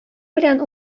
белән